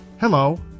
Hello